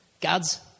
God's